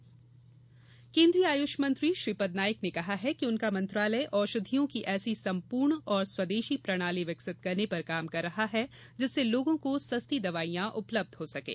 आयुष मंत्री केन्द्रीय आयुष मंत्री श्रीपद नाइक ने कहा है कि उनका मंत्रालय औषधियों की ऐसी संपूर्ण और स्वदेशी प्रणाली विकसित करने पर काम कर रहा है जिससे लोगों को सस्ती दवाईयां उपलब्ध हो सकें